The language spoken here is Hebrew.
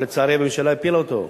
ולצערי הממשלה הפילה אותו,